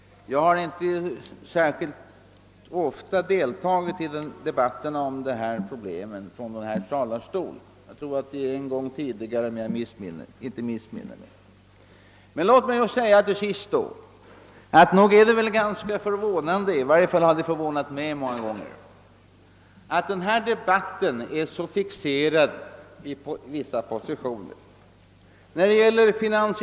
Jag har inte särskilt ofta deltagit i debatten i riksdagen om dessa problem — om jag inte missminner mig har jag bara gjort det en gång tidigare — men låt mig till sist säga att det har förvånat mig många gånger att positionerna är så starkt fixerade i denna debatt.